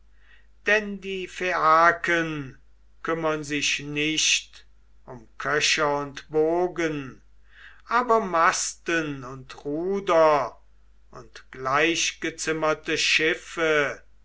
denn die phaiaken kümmern sich nicht um köcher und bogen aber masten und ruder und gleichgezimmerte schiffe